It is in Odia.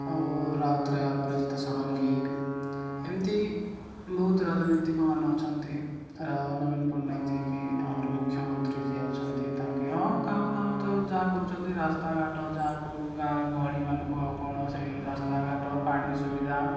ଆଉ ରାଉତରାୟ ଅପରାଜିତା ଷଡ଼ଙ୍ଗୀ ଏମତି ବହୁତ ରାଜନୀତିକମାନେ ଅଛନ୍ତି ରା ନବୀନ ପଟ୍ଟନାୟକ ଯେ କି ଆମର ମୁଖ୍ୟମନ୍ତ୍ରୀ ଯିଏ ଅଛନ୍ତି ତାଙ୍କେ ହଁ କାମଦାମ ତ ଯାହା କରୁଛନ୍ତି ରାସ୍ତାଘାଟ ଯାହା କେଉଁଟୁ ଗାଁ ଗହଳିମାନଙ୍କୁ ଆଉ କ'ଣ ସେଇ ରାସ୍ତାଘାଟ ପାଣି ସୁବିଧା